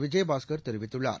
விஜயபாஸ்கர் தெரிவித்துள்ளார்